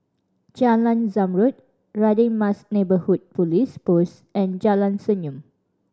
Jalan Zamrud Radin Mas Neighbourhood Police Post and Jalan Senyum